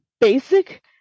basic